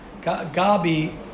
Gabi